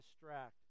distract